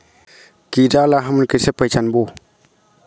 कीरा ला हमन कइसे पहचानबो?